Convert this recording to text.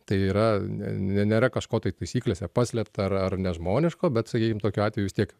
tai yra ne nėra kažko tai taisyklėse paslėpta ar ar nežmoniško bet sakykim tokiu atveju vis tiek